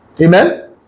Amen